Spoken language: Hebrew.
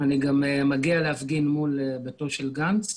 אני גם מגיע להפגין מול ביתו של גנץ.